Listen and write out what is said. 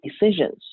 decisions